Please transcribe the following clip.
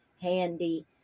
handy